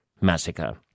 massacre